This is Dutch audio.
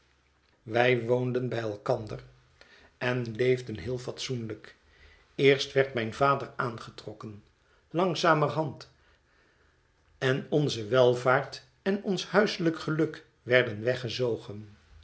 wij woonden bij elkander en leefden heel fatsoenlijk eerst werd mijn vader aangetrokken langzamerhand en onze welvaart en ons huiselijk geluk werden weggezogen